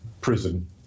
prison